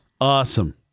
awesome